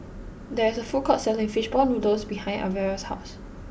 there is a food court selling Fish Ball Noodles behind Alvera's house